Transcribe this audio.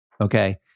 okay